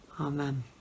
Amen